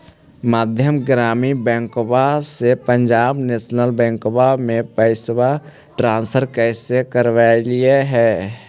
मध्य ग्रामीण बैंकवा से पंजाब नेशनल बैंकवा मे पैसवा ट्रांसफर कैसे करवैलीऐ हे?